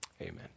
amen